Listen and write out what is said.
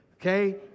okay